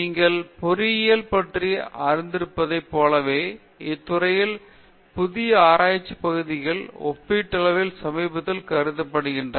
நீங்கள் பொறியியல் பற்றி அறிந்திருப்பதைப் போலவே இத்துறையிலும் புதிய ஆராய்ச்சி பகுதிகள் ஒப்பீட்டளவில் சமீபத்தில் கருதப்படுகின்றன